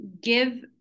give